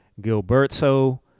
Gilberto